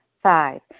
Five